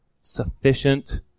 sufficient